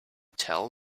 tell